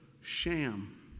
sham